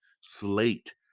slate